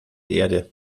erde